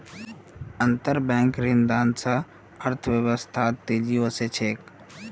अंतरबैंक ऋणदान स अर्थव्यवस्थात तेजी ओसे छेक